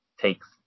takes